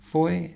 foi